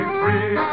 free